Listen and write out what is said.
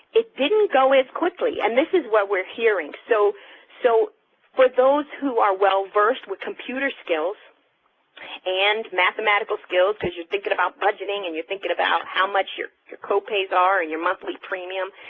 it didn't go as quickly, and this is what we're hearing. so so for those who are well versed with computer skills and mathematical skills because you're thinking about budgeting and you're thinking about how much your your copays are and your monthly premium,